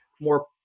more